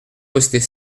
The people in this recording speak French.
poster